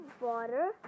water